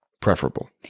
preferable